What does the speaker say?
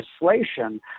legislation